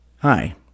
Hi